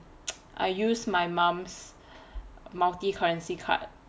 I use my mum's multi currency card